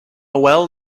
well